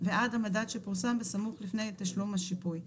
ועד המדד שפורסם בסמוך לפני תשלום השיפוי,